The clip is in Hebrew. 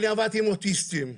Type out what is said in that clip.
אני עבדתי עם אוטיסטים,